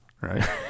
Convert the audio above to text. right